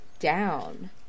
Down